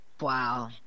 Wow